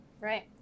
Right